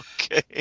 Okay